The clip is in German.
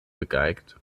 gegeigt